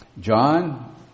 John